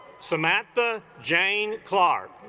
samantha jane clark